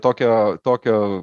tokio tokio